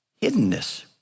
hiddenness